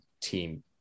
team